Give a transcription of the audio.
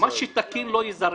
שתקין לא יזרק.